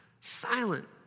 silent